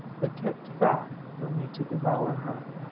but kept fat for me to devour her.